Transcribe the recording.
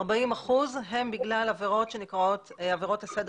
40 אחוזים הם בגלל עבירות שנקראות עבירות הסדר